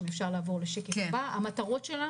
המטרות שלנו